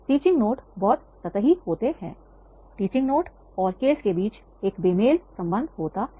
teaching note बहुत सतही है टीचिंग नोट और केस के बीच एक बेमेल संबंध है